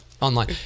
online